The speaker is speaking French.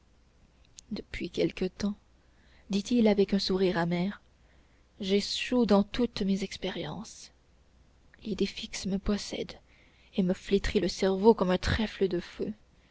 depuis quelque temps dit-il avec un sourire amer j'échoue dans toutes mes expériences l'idée fixe me possède et me flétrit le cerveau comme un trèfle de feu